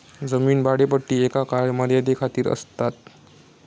जमीन भाडेपट्टी एका काळ मर्यादे खातीर आसतात